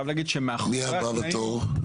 מי הבא בתור?